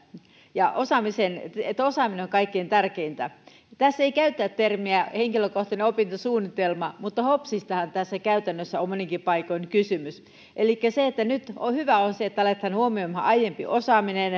että osaaminen on kaikkein tärkeintä tässä ei käytetä termiä henkilökohtainen opintosuunnitelma mutta hopsistahan tässä käytännössä on moninkin paikoin kysymys elikkä nyt hyvää on se että aletaan huomioimaan aiempi osaaminen